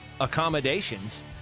accommodations